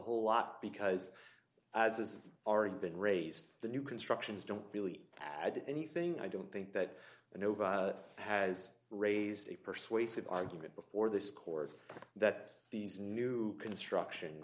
whole lot because as has already been raised the new constructions don't really add anything i don't think that an over has raised a persuasive argument before this court that these new construction